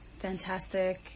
fantastic